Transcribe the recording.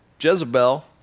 Jezebel